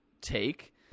take